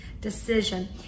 decision